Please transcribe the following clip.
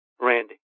Randy